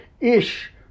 ish